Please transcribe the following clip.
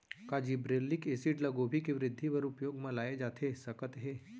का gibberellic acid ल गोभी के वृद्धि बर उपयोग म लाये जाथे सकत हे?